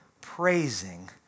praising